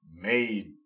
made